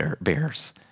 bears